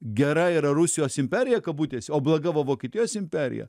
gera yra rusijos imperija kabutėse o bloga vokietijos imperija